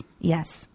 Yes